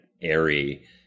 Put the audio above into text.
airy